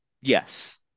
yes